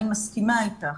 אני מסכימה איתך.